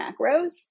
macros